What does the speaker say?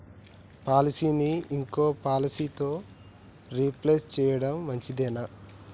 పాలసీని ఇంకో పాలసీతో రీప్లేస్ చేయడం మంచిదేనా?